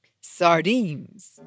Sardines